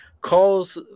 calls